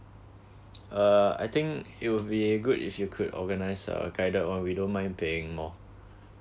uh I think it will be good if you could organise a guided one we don't mind paying more